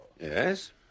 Yes